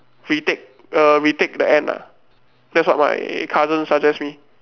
retake uh retake the end ah that's what my cousin suggest me